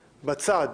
בצד.